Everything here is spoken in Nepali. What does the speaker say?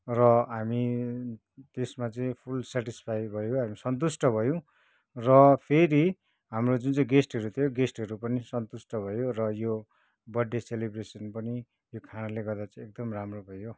र हामी त्यसमा चाहिँ फुल सेटिस्फाई भयो हामी सन्तुष्ट भयौँ र फेरी हाम्रो जुन चाहिँ गेस्टहरू थियो गेस्टहरू पनि सन्तुष्ट भयो र यो बर्थडे सेलिब्रेसन् पनी यो खानाले गर्दा चाहिँ एकदम राम्रो भयो